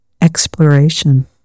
exploration